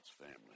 family